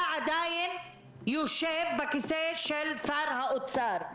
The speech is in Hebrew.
אתה עדיין יושב בכיסא של שר האוצר,